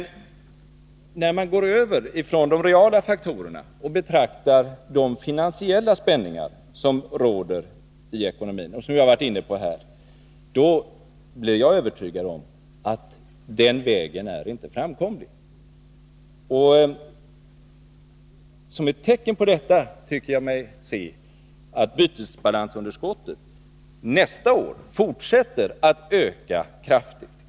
Lämnar man de reala faktorerna och i stället betraktar de finansiella spänningar som råder i ekonomin och som vi här har varit inne på, blir jag övertygad om att den vägen inte är framkomlig. Ett tecken på detta ser jag däri att bytesbalansunderskottet nästa år fortsätter att öka kraftigt.